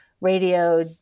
radio